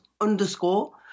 underscore